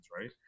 right